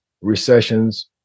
recessions